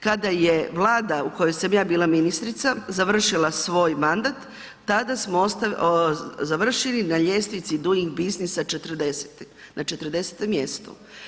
Kada je Vlada u kojoj sam ja bila ministrica, završila svoj mandat, tada smo završili na ljestvici Doing Businessa 40., na 40. mjestu.